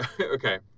okay